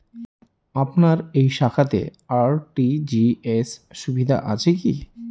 আপনার এই শাখাতে আর.টি.জি.এস সুবিধা আছে কি?